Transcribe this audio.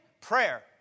Prayer